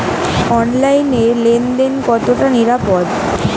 অনলাইনে লেন দেন কতটা নিরাপদ?